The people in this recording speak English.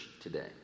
today